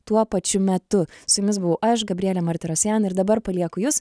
tuo pačiu metu su jumis buvau aš gabrielė martirosian ir dabar palieku jus